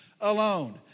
alone